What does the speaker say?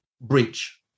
breach